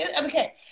okay